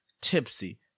tipsy